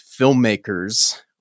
filmmakers